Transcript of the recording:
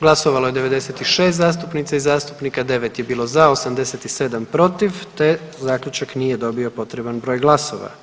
Glasovalo je 96 zastupnica i zastupnika, 9 je bilo za, 87 protiv, te zaključak nije dobio potreban broj glasova.